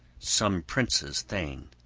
some prince's thane.